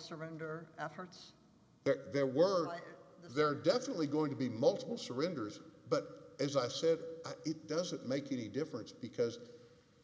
surrender efforts there were there definitely going to be multiple surrenders but as i said it doesn't make any difference because